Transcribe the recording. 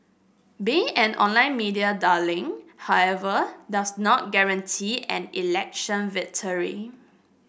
being an online media darling however does not guarantee an election victory